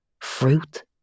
Fruit